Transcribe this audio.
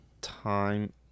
time